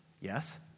Yes